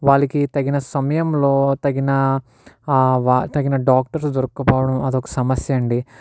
వాళ్ళకి తగిన సమయంలో తగిన వా తగిన డాక్టర్స్ దొరకకపోవడం అదొక సమస్య అండి